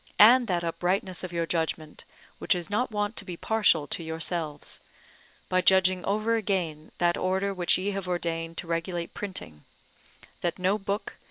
and that uprightness of your judgment which is not wont to be partial to yourselves by judging over again that order which ye have ordained to regulate printing that no book,